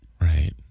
Right